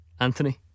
Anthony